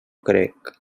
crec